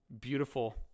Beautiful